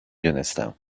دونستم